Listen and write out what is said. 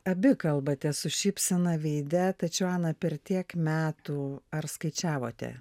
abi kalbate su šypsena veide tačiau ana per tiek metų ar skaičiavote